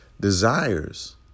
desires